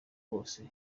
rwose